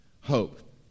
Hope